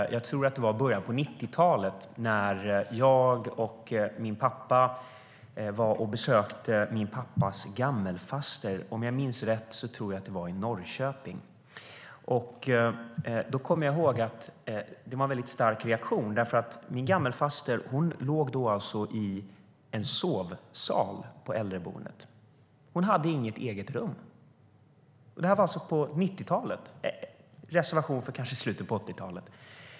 Jag kommer ihåg när jag och min pappa i början av 90-talet besökte min pappas gammelfaster. Om jag minns rätt var det i Norrköping. Jag kommer ihåg att det var en väldigt stark reaktion, därför att min gammelfaster låg i en sovsal på äldreboendet. Hon hade inget eget rum. Det var alltså på 90-talet eller kanske i slutet av 80-talet.